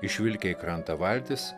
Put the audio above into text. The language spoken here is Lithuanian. išvilkę į krantą valtis